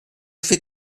fais